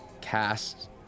cast